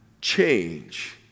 change